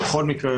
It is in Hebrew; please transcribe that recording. בכל מקרה,